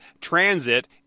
transit